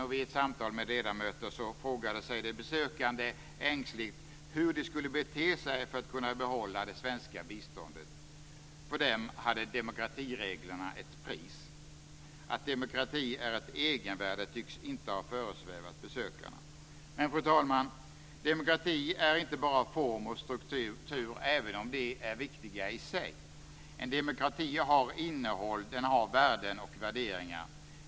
Vid ett samtal med ledamöter frågade sig de besökande ängsligt hur de skulle bete sig för att kunna behålla det svenska biståndet. För dem hade demokratireglerna ett pris. Att demokrati är ett egenvärde tycktes inte ha föresvävat besökarna. Men, fru talman, demokrati är inte bara form och struktur - även om de är viktiga i sig. En demokrati har innehåll, den har värden och värderingar.